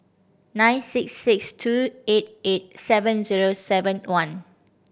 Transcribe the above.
nine six six two eight eight seven zero seven one